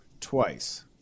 twice